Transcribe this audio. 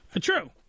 True